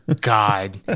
god